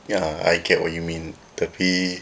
ya I get what you mean tapi